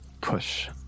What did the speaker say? push